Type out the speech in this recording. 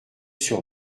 sur